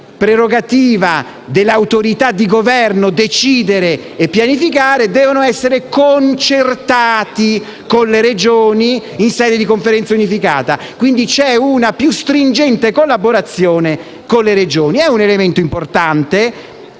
prerogativa delle autorità di Governo decidere e pianificare, devono essere concertati con le Regioni in sede di conferenza unificata. C'è quindi una più stringente collaborazione con le Regioni. Si tratta di un elemento importante.